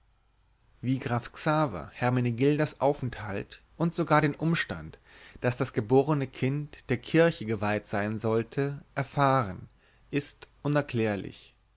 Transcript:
wie graf xaver hermenegildas aufenthalt und sogar den umstand daß das geborne kind der kirche geweiht sein sollte erfahren ist unerklärlich